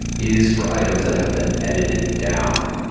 is for items that have been edited down.